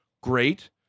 Great